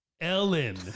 ellen